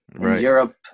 Europe